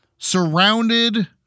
Surrounded